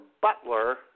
Butler